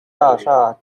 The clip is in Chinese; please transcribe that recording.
大厦